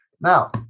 Now